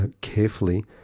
carefully